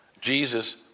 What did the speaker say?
Jesus